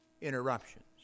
interruptions